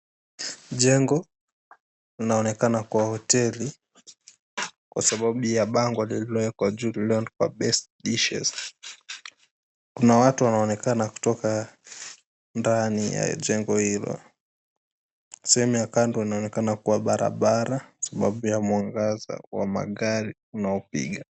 Jengo linaonekana kuwa hoteli, kwa sababu ya bango lililowekwa juu lililoandikwa, Best Dishes. Kuna watu wanaonekana kutoka ndani ya jengo hilo. Sehemu ya kando inaonekana kuwa barabara, sababu ya mwangaza wa magari unaopiga.